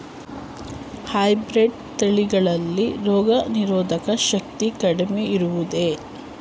Hybrid ತಳಿಗಳಲ್ಲಿ ರೋಗನಿರೋಧಕ ಶಕ್ತಿ ಕಡಿಮೆ ಇರುವುದೇ?